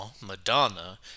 Madonna